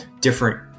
different